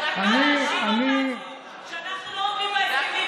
אתה מאשים אותנו שאנחנו לא עומדים בהסכמים,